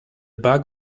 back